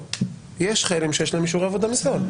יש חיילים שיש להם אישורי עבודה מצה"ל.